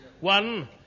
One